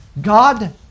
God